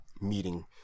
meeting